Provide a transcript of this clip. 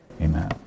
Amen